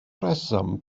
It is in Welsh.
rheswm